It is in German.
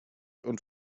und